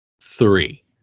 three